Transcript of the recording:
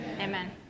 Amen